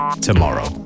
tomorrow